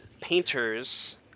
painters